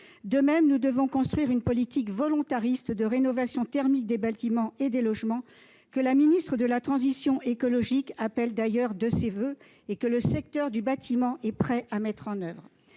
De même, nous devons construire une politique volontariste de rénovation thermique des bâtiments et des logements : Mme la ministre de la transition écologique l'appelle de ses voeux et le secteur du bâtiment est prêt à la mettre en oeuvre.